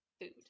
food